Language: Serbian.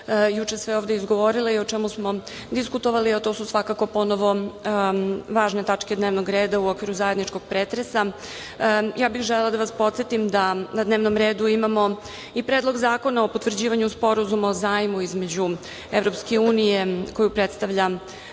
juče sve ovde izgovorile i o čemu smo diskutovali, a to su svakako, ponovo važne tačke dnevnog reda u okviru zajedničkog pretresa, ja bih želela da vas podsetim da na dnevnom redu imamo i Predlog zakona o potvrđivanju Sporazuma o zajmu između EU, koju predstavlja